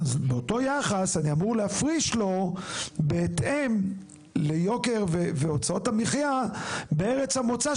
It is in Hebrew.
אז באותו יחס אני אמור להפריש לו בהתאם ליוקר והוצאות המחיה בארץ המוצא,